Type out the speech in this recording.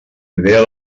idea